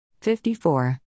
54